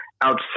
outside